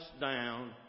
down